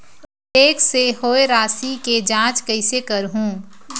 Cheque से होए राशि के जांच कइसे करहु?